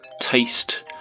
taste